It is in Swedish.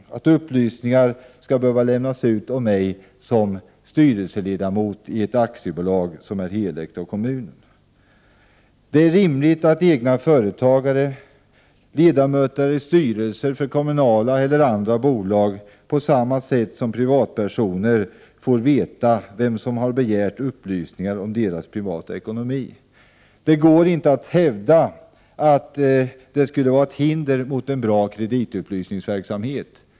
I detta fall lämnades upplysningar ut om mig som styrelseledamot i ett aktiebolag som är helägt av kommunen. Det är rimligt att egna företagare och ledamöter i styrelser för kommunala eller andra bolag på samma sätt som privatpersoner får veta vem som har begärt upplysningar om deras privata ekonomi. Det går inte att hävda att det skulle vara ett hinder för en bra kreditupplysningsverksamhet.